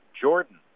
Jordan